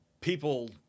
people